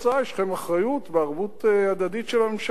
יש להם אחריות בערבות הדדית של הממשלה.